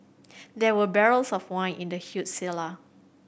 there were barrels of wine in the huge cellar